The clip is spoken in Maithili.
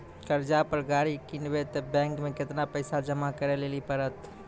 कर्जा पर गाड़ी किनबै तऽ बैंक मे केतना पैसा जमा करे लेली पड़त?